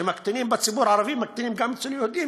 כשמקטינים בציבור הערבי מקטינים גם אצל היהודים,